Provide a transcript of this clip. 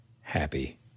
happy